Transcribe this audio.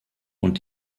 und